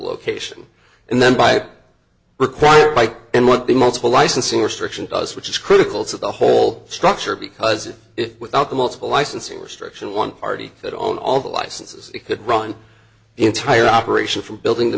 location and then by required by and what the multiple licensing restrictions does which is critical to the whole structure because without the multiple licensing restrictions one party that own all the licenses could run the entire operation from building the